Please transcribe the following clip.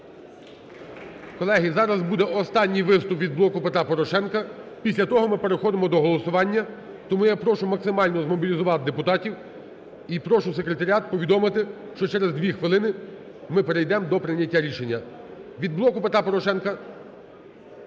Колеги, зараз буде останній виступ від "Блоку Петра Порошенка", після того ми переходимо до голосування. Тому я прошу максимально змобілізувати депутатів. І прошу секретаріат повідомити, що через 2 хвилини ми перейдемо до прийняття рішення. Від "Блоку Петра Порошенка"